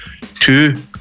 two